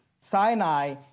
Sinai